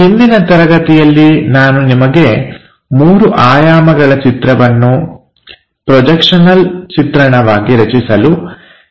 ಹಿಂದಿನ ತರಗತಿಯಲ್ಲಿ ನಾನು ನಿಮಗೆ ಮೂರು ಆಯಾಮಗಳ ಚಿತ್ರವನ್ನು ಪ್ರೋಜಕ್ಷನಲ್ ಚಿತ್ರಣವಾಗಿ ರಚಿಸಲು ಹೇಳಿದ್ದೆ